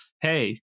hey